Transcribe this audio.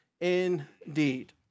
indeed